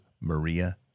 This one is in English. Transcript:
Maria